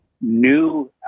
new